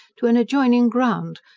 to an adjoining ground,